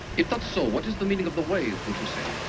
if that's so, what is the meaning of the waves, would you say?